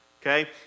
okay